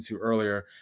earlier